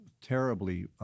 terribly